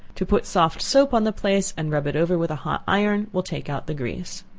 to put soft soap on the place, and rub it over with a hot iron, will take out the grease.